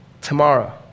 Tomorrow